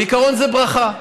בעיקרון זה ברכה.